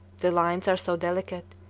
the lines are so delicate,